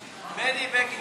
(תיקון, יום משאל עם,